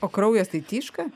o kraujas tai tyška